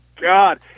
God